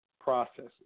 processes